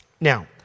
Now